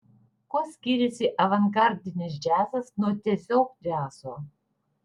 kuo skiriasi avangardinis džiazas nuo tiesiog džiazo